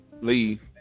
leave